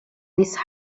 these